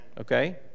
Okay